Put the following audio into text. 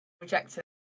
rejected